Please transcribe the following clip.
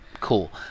Cool